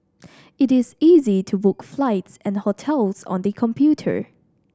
it is easy to book flights and hotels on the computer